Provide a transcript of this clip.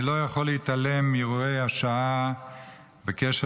אני לא יכול להתעלם מאירועי השעה בקשר